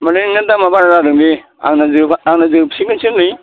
माने नोंना दामआ बारा जादों बे आंना जोबा आंना जोबसिगोनसो नै